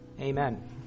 Amen